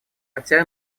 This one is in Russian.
хотя